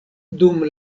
dum